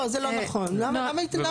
לא, זה לא נכון, למה היא סתמית?